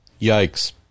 Yikes